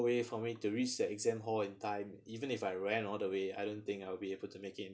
way for me to reach the exam hall in time even if I ran all the way I don't think I will be able to make it